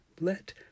Let